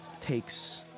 takes